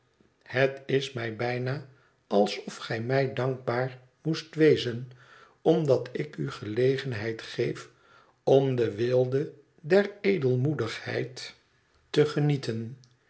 het is mij bijna alsof gij mij dankbaar moest wezen omdat ik u gelegenheid geef om de weelde der edelmoedigheid te genieten